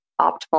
optimal